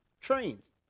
trains